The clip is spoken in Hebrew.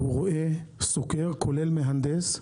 הוא רואה, סוקר, כולל מהנדס,